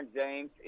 James